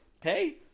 hey